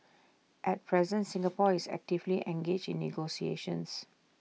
at present Singapore is actively engaged in negotiations